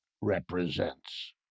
represents